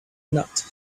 not